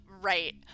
Right